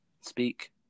Speak